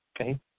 Okay